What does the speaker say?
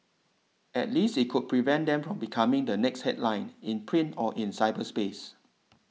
at least it could prevent them from becoming the next headline in print or in cyberspace